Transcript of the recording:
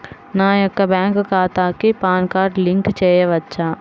నా యొక్క బ్యాంక్ ఖాతాకి పాన్ కార్డ్ లింక్ చేయవచ్చా?